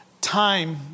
time